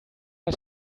der